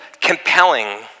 compelling